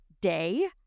day